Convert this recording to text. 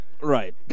right